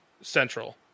central